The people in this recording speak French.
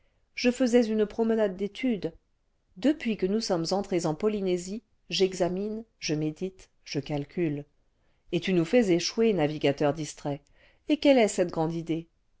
je faisais une promenade d'études depuis que nous sommes entrés en polynésie j'examine je médite je calcule et tu nous fais échouer navigateur distrait et quelle est cette grande idée